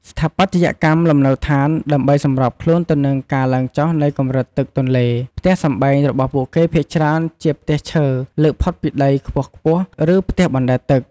ស្ថាបត្យកម្មលំនៅឋាន ដើម្បីសម្របខ្លួនទៅនឹងការឡើងចុះនៃកម្រិតទឹកទន្លេ ផ្ទះសម្បែងរបស់ពួកគេភាគច្រើនជា ផ្ទះឈើលើកផុតពីដីខ្ពស់ៗ ឬ ផ្ទះបណ្ដែតទឹក។